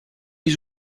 les